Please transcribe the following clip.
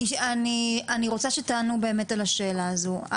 אני רוצה שתענו באמת על השאלה הזאת.